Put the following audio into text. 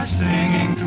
singing